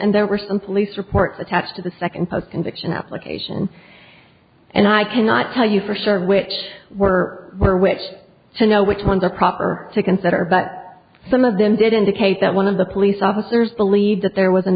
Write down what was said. and there were some police reports attached to the second post conviction application and i cannot tell you for sure which were there which you know which ones are proper to consider but some of them did indicate that one of the police officers believed that there w